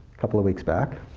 couple of weeks back.